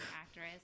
actress